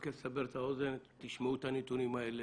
רק לסבר את האוזן, תשמעו את הנתונים האלה